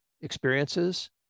experiences